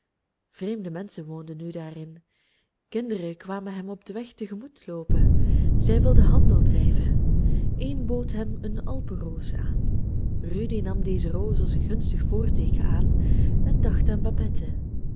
menschen woonden nu daarin kinderen kwamen hem op den weg te gemoet loopen zij wilden handel drijven een bood hem een alpenroos aan rudy nam deze roos als een gunstig voorteeken aan en dacht aan babette